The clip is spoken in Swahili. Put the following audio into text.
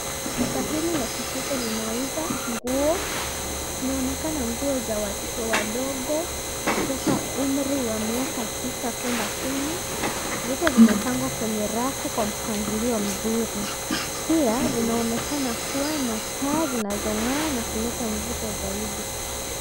Duka hili la kisasa linauza nguo. Inaonekana nguo za watoto wadogo kutoka umri wa miaka sita kwenda kumi. Zote zimepangwa kwenye rafu kwa mpangilio mzuri. Pia, linaonekana kuwa na taa zinazongaa na kuleta mvuto zaidi.